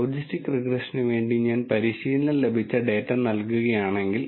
logistics റിഗ്രഷനു വേണ്ടി ഞാൻ പരിശീലനം ലഭിച്ച ഡാറ്റ നൽകുകയാണെങ്കിൽ